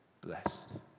blessed